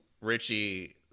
Richie